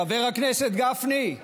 חבר הכנסת גפני,